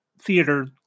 theater